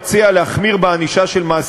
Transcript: אני מתחייב להגיע לוועדה,